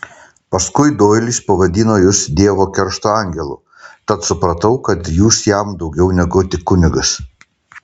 paskui doilis pavadino jus dievo keršto angelu tad supratau kad jūs jam daugiau negu tik kunigas